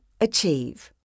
achieve